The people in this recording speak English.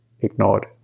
ignored